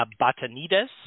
Batanides